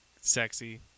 sexy